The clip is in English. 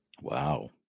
Wow